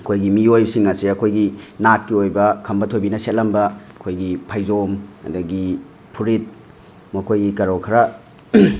ꯑꯩꯈꯣꯏꯒꯤ ꯃꯤꯑꯣꯏꯁꯤꯡ ꯑꯁꯦ ꯑꯩꯈꯣꯏꯒꯤ ꯅꯥꯠꯀꯤ ꯑꯣꯏꯕ ꯈꯝꯕ ꯊꯣꯏꯕꯤꯅ ꯁꯦꯠꯂꯝꯕ ꯑꯩꯈꯣꯏꯒꯤ ꯐꯩꯖꯣꯝ ꯑꯗꯒꯤ ꯐꯨꯔꯤꯠ ꯃꯈꯣꯏꯒꯤ ꯀꯩꯅꯣ ꯈꯔ